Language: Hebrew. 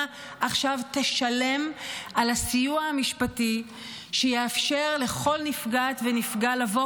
עכשיו תשלם על הסיוע המשפטי שיאפשר לכל נפגעת ונפגע לבוא